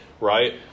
right